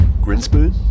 Grinspoon